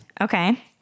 Okay